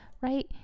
right